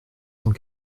cent